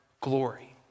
glory